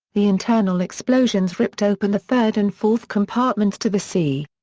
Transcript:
the internal explosions ripped open the third and fourth compartments to the sea.